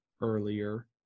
earlier